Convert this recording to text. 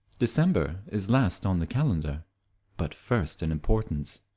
december is last on the calendar but first in importance.